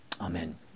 Amen